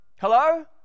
Hello